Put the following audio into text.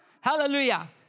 Hallelujah